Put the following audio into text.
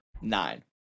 Nine